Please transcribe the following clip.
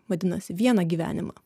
vadinasi vieną gyvenimą